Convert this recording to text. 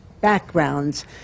backgrounds